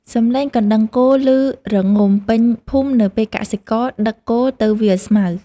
សំឡេងកណ្ដឹងគោឮរណ្តំពេញភូមិនៅពេលកសិករដឹកគោទៅវាលស្មៅ។